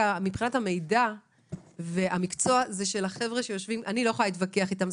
שמבחינת המידע והמקצוע זה דווקא של הנציבות ואני לא יכולה להתווכח איתם.